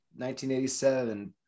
1987